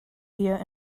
here